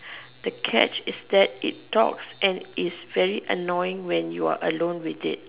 the catch is that it talks and very annoying when you're alone with it